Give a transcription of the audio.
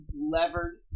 levered